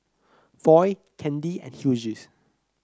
Foy Candi and Hughes